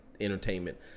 entertainment